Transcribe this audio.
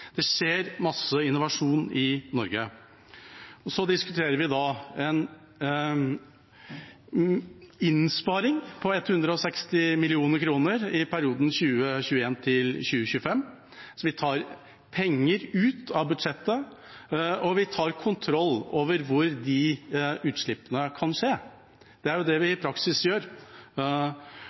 Det skjer masse innovasjon i Norge. Vi diskuterer en innsparing på 160 mill. kr i perioden 2021–2025. Vi tar penger ut av budsjettet, og vi tar kontroll over hvor utslippene kan skje. Det er det vi i praksis gjør.